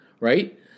Right